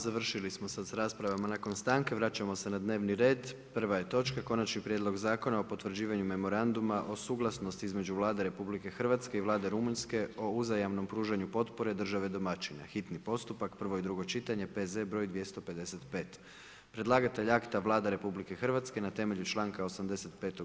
Završili smo sad sa raspravama nakon stanke, vraćamo se na dnevni red, prva je točka: - Konačni prijedlog Zakona o potvrđivanju memoranduma o suglasnosti između Vlade Republike Hrvatske i Vlade Rumunjske o uzajamnom pružanju potpore države domaćina, hitni postupak, prvo i drugo čitanje, P.Z. br. 255 Predlagatelj akta je Vlada RH na temelju članka 85.